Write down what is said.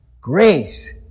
grace